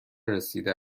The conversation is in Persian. رسیده